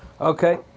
Okay